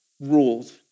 rules